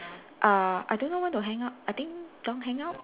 err I don't know when to hang up I think don't hang up